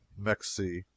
Mexi